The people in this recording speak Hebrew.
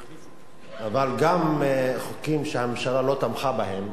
אבל גם בחוקים שהממשלה לא תמכה בהם.